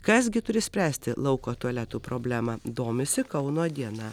kas gi turi spręsti lauko tualetų problemą domisi kauno diena